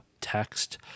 text